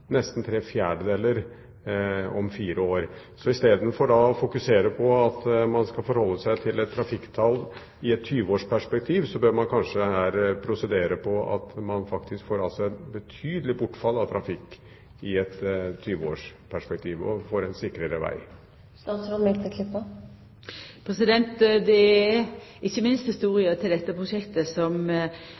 nesten tre fjerdedeler om fire år. Så istedenfor å fokusere på at man skal forholde seg til et trafikktall i et 20-årsperspektiv, bør man kanskje her prosedere på at man faktisk får et betydelig bortfall av trafikk i et 20-årsperspektiv – og vi får en sikrere veg. Det er ikkje minst historia til dette prosjektet som